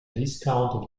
discount